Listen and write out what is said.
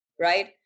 Right